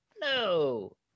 No